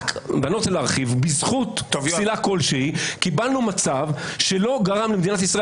רק בזכות פסילה כלשהי קיבלנו מצב שלא גרם למדינת ישראל